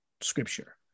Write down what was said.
scripture